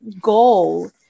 goal